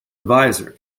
advisor